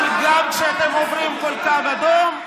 אבל גם כשאתם עוברים כל קו אדום,